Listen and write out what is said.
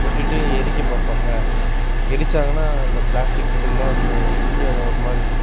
கொட்டிட்டு எரிக்க பார்ப்பாங்க எரித்தாங்கனா அந்த ப்ளாஸ்ட்டிக் பொருள்லாம் அந்த எரிஞ்சு அது ஒரு மாதிரி